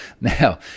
now